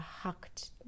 hacked